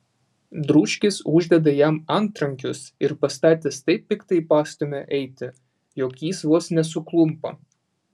dručkis uždeda jam antrankius ir pastatęs taip piktai pastumia eiti jog jis vos nesuklumpa